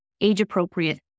Age-appropriate